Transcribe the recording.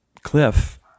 Cliff